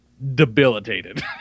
debilitated